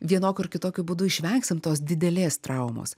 vienokiu ar kitokiu būdu išvengsim tos didelės traumos